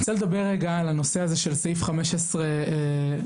אני רוצה לדבר על סעיף 15 לחוק: